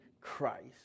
Christ